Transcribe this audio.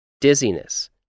dizziness